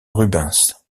rubens